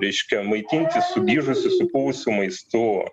reiškia maitinti sugižusiu supuvusiu maistu